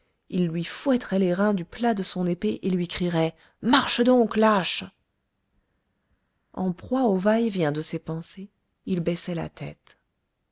il lui fouetterait les reins du plat de son épée et lui crierait marche donc lâche en proie au va-et-vient de ses pensées il baissait la tête